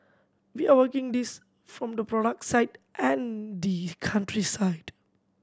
we are working this from the product side and the country side